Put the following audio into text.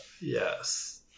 Yes